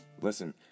listen